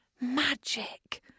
Magic